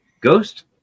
Ghost